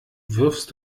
wirfst